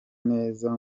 neza